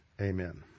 Amen